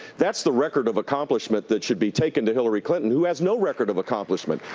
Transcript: that's the record of accomplishment that should be taken to hillary clinton, who has no record of accomplishment.